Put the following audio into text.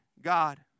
God